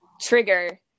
trigger